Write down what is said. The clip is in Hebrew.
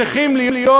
צריכים לעלות